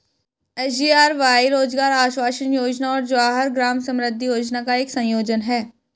SGRY रोजगार आश्वासन योजना और जवाहर ग्राम समृद्धि योजना का एक संयोजन है